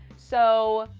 so,